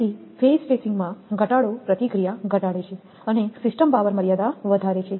તેથી phase spacing માં ઘટાડો પ્રતિક્રિયા ઘટાડે છે અને સિસ્ટમ પાવર મર્યાદા વધારે છે